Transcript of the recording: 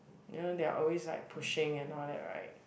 you know they are always like pushing and all that right